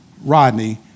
Rodney